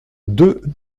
deux